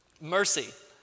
Mercy